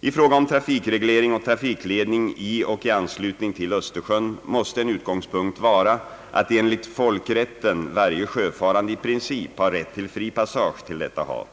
I fråga om trafik reglering och trafikledning i och i anslutning till Östersjön måste en utgångspunkt vara att enligt folkrätten varje sjöfarande i princip har rätt till fri passage till detta hav.